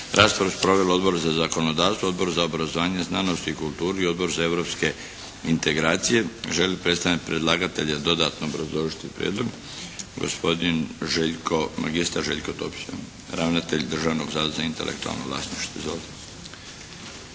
Raspravu su proveli Odbor za zakonodavstvo, Odbor za obrazovanje, znanost i kulturu i Odbor za europske integracije. Želi li predstavnik predlagatelja dodatno obrazložiti prijedlog? Gospodin magistar Željko Topić, ravnatelj Državnog zavoda za intelektualno vlasništvo.